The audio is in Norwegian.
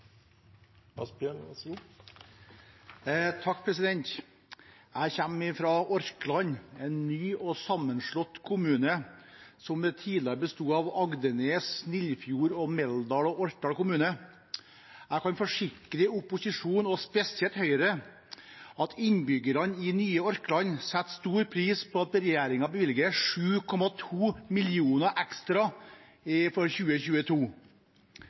Jeg kommer fra Orkland, en ny og sammenslått kommune, som tidligere besto av Agdenes, Snillfjord, Meldal og Orkdal kommuner. Jeg kan forsikre opposisjonen, og spesielt Høyre, om at innbyggerne i nye Orkland setter stor pris på at regjeringen bevilger 7,2 mill. kr mer for 2022